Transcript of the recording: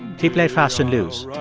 he played fast and loose.